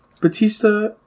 Batista